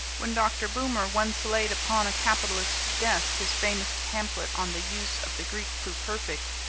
when dr. boomer once laid upon a capitalist's desk his famous pamphlet on the use of the greek pluperfect,